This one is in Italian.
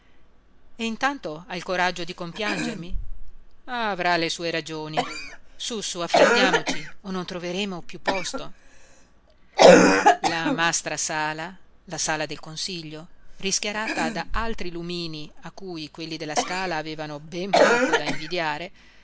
e intanto ha il coraggio di compiangermi avrà le sue ragioni su su affrettiamoci o non troveremo piú posto la mastra sala la sala del consiglio rischiarata da altri lumini a cui quelli della scala avevano ben poco da invidiare